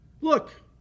look